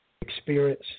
experience